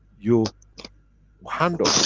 you handle,